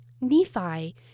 Nephi